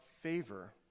favor